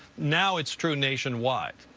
now it's true nationwide.